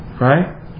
Right